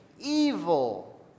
evil